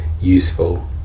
useful